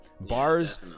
Bars